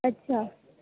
اچھا